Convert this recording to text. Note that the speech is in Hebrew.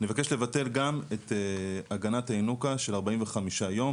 אני אבקש לבטל גם את הגנת הינוקא של 45 יום,